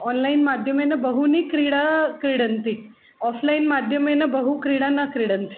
online माध्यमेन बह्व्यः क्रीडा क्रीडन्ति आफ़्लैन् माध्यमेन बह्व्यः क्रीडा न क्रीडन्ति